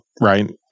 right